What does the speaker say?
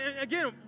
again